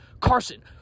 Carson